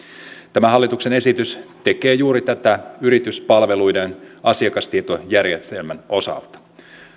tämä hallituksen esitys tekee juuri tätä yrityspalveluiden asiakastietojärjestelmän osalta